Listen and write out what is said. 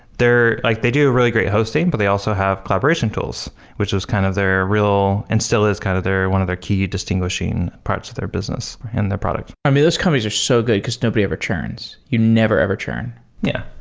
like they do really great hosting, but they also have collaboration tools, which was kind of their real and still is kind of one of their key distinguishing parts of their business, in their product i mean, those companies are so good because nobody ever churns. you never ever churn yeah.